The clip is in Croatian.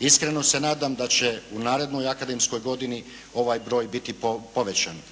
Iskreno se nadam da će u narednoj akademskoj godini ovaj broj biti povećan.